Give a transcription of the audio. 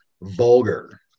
vulgar